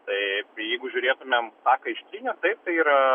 taip jeigu žiūrėtumėm tą ką ištrynė taip tai yra